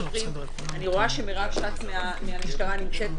אני רואה שמירב שץ מהמשטרה נמצאת פה,